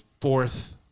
fourth